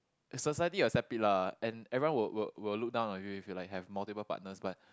the society accept it lah and everyone will will will look down on you if you like have multiple partners but